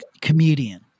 comedian